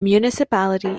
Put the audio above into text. municipality